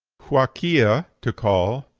huakia, to call.